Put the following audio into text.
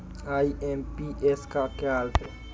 IMPS का क्या अर्थ है?